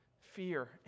Fear